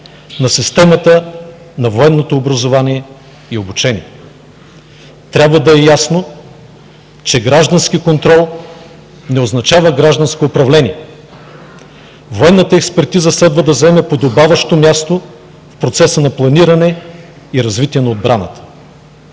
на системата на военното образование и обучение. Трябва да е ясно, че граждански контрол не означава гражданско управление. Военната експертиза следва да заеме подобаващо място в процеса на планиране и развитие на отбраната.